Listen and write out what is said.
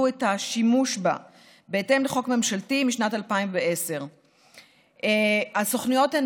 את השימוש בה בהתאם לחוק ממשלתי משנת 2010. הסוכנויות הן